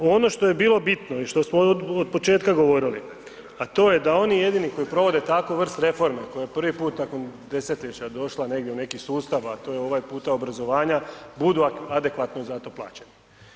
Ono što je bilo bitno i što smo od početka govorili, a to je da oni jedini koji provode takvu vrstu reforme koja je prvi put nakon desetljeća došla negdje u neki sustav a to je ovaj puta obrazovanja, budu adekvatno za to plaćeni.